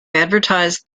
advertise